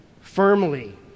firmly